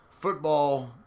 football